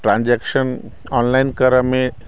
transaction online करऽमे